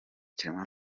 ikiremwa